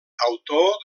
autor